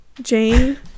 Jane